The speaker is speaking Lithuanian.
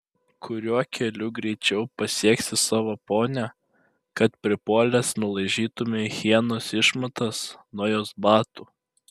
kuriuo keliu greičiau pasieksi savo ponią kad pripuolęs nulaižytumei hienos išmatas nuo jos batų